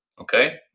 okay